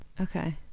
okay